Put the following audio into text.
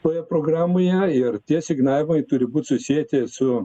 toje programoje ir tie asignavimai turi būt susieti su